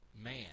man